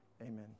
Amen